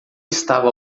estava